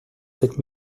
sept